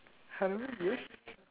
hello yes